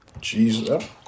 Jesus